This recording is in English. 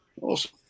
Awesome